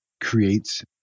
creates